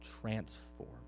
transform